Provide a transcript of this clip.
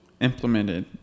implemented